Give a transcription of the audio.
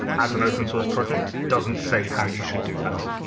as an open source project, doesn't say how you should do that.